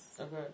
Okay